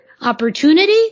opportunity